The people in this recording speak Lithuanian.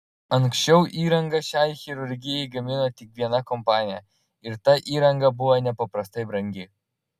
anksčiau įrangą šiai chirurgijai gamino tik viena kompanija ir ta įranga buvo nepaprastai brangi